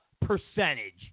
percentage